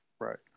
right